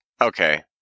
okay